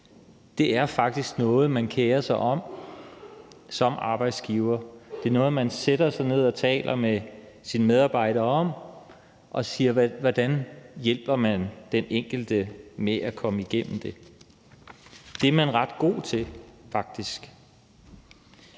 Det er faktisk noget, man kerer sig om som arbejdsgiver. Det er noget, man sætter sig ned og taler med sin medarbejder om. Man spørger, hvordan man hjælper den enkelte med at komme igennem det. Det er man faktisk